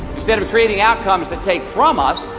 instead of creating outcomes to take from us,